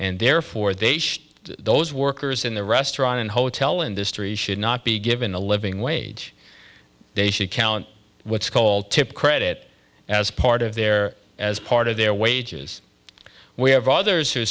and therefore they should those workers in the restaurant and hotel industry should not be given a living wage they should count what's called tip credit as part of their as part of their wages we have others who